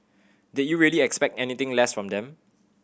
did you really expect anything less from them